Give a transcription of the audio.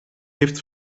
heeft